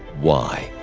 why?